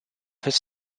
his